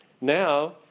Now